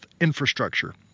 infrastructure